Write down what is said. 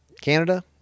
Canada